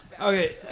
Okay